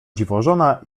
dziwożona